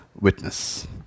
witness